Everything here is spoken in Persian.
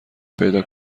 پیدا